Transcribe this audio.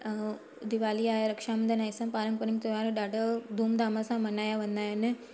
दिवाली आहे रक्षा बंधन इहे सभु पारंपरिक त्योहार ॾाढा धूम धाम सां मल्हाया वेंदा आहिनि